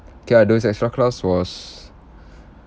okay ah those extra class was